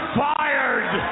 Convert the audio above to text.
fired